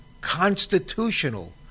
constitutional